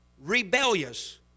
rebellious